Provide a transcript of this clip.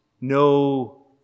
no